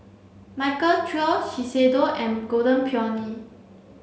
Michael Trio Shiseido and Golden Peony